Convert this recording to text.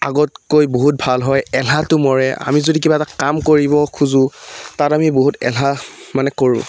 আগতকৈ বহুত ভাল হয় এলাহটো মৰে আমি যদি কিবা এটা কাম কৰিব খোজোঁ তাত আমি বহুত এলাহ মানে কৰোঁ